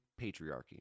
patriarchy